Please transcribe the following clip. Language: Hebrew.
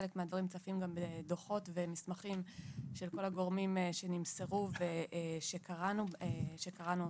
חלק מהדברים צפים גם בדוחות ומסמכים של כל הגורמים שנמסרו וקראנו אותם.